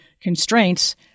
constraints